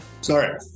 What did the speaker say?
sorry